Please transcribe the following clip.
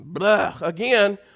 again